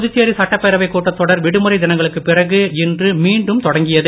புதுச்சேரி சட்டப்பேரவை கூட்டத்தொடர் விடுமுறை தினங்களுக்குப் பிறகு இன்று மீண்டும் தொடங்கியது